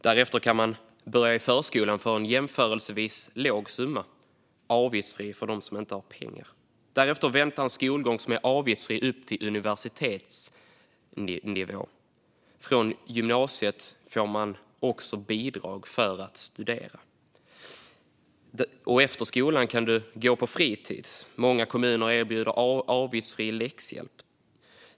Därefter kan man börja i förskolan för en jämförelsevis låg summa, och det är avgiftsfritt för dem som inte har pengar. Därefter väntar en skolgång som är avgiftsfri upp till universitetsnivå. Från gymnasiet får man också bidrag för att studera. Efter skolan kan man gå på fritis. Många kommuner erbjuder avgiftsfri läxhjälp.